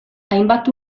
hainbat